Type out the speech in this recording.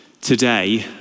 today